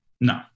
No